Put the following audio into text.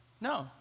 no